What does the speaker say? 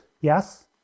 yes